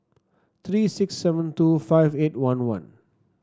three six seven two five eight one one